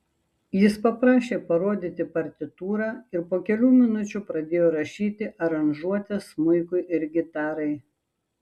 jis paprašė parodyti partitūrą ir po kelių minučių pradėjo rašyti aranžuotes smuikui ir gitarai